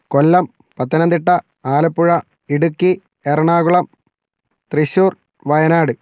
Kollam Pathanamthitta Alappuzha Idukki Ernakulam Thrissur Wayanad